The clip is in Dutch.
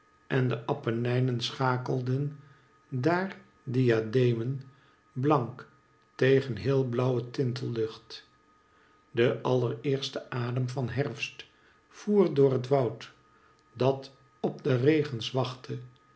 en de appenijnen schakelden daar diademen blank tegen heel blauwe tintellucht de allereerste adem van herfst voer door het woud dat op de regens wachtte